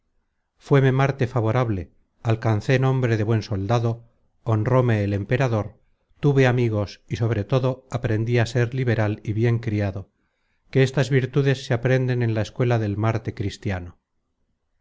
algunos potentados della fuéme marte favorable alcancé amigos y sobre todo aprendí á ser liberal y bien criado que estas virtudes se aprenden en la escuela del marte cristiano